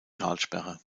talsperre